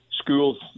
schools